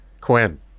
Quinn